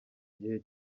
gihe